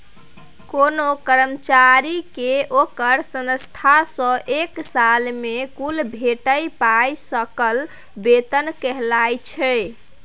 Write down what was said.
कोनो कर्मचारी केँ ओकर संस्थान सँ एक साल मे कुल भेटल पाइ सकल बेतन कहाइ छै